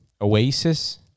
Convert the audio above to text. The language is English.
Oasis